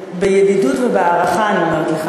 בידידות ובהערכה אני אומרת לך,